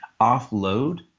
offload